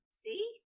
see